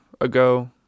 ago